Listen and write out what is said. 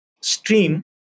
stream